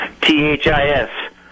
T-H-I-S